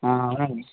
అవునండి